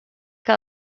que